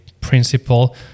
principle